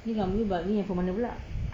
ni bab ni handphone mana pula